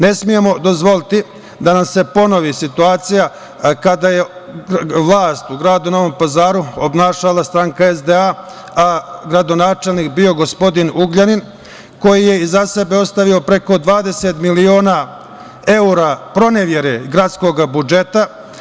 Ne smemo dozvoliti da nam se ponovi situacija kada je vlast u gradu Novom Pazaru obnašala stranka SDA, a gradonačelnik bio gospodin Ugljanin, koji je iza sebe ostavio preko 20 miliona evra pronevere gradskog budžeta.